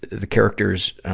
the character's, ah,